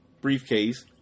briefcase